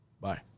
Bye